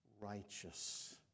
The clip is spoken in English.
righteous